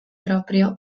proprio